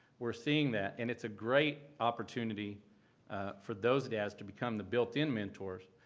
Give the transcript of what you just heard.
we're seeing that. and it's a great opportunity for those dads to become the built-in mentors.